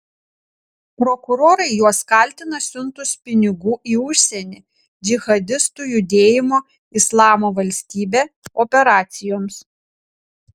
prokurorai juos kaltina siuntus pinigų į užsienį džihadistų judėjimo islamo valstybė operacijoms